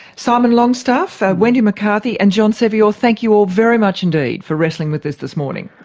simon longstaff, wendy mccarthy and john sevior, thank you all very much indeed for wrestling with this this morning.